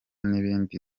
nibindi